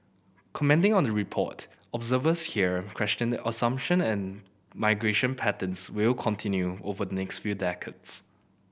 commenting on the report observers here questioned the assumption and migration patterns will continue over the next few decades